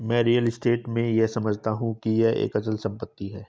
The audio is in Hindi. मैं रियल स्टेट से यह समझता हूं कि यह एक अचल संपत्ति है